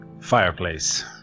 Fireplace